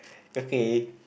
okay